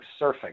surfing